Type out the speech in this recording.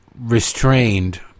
restrained